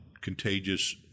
contagious